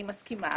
אני מסכימה,